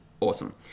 awesome